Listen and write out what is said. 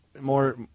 more